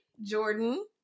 Jordan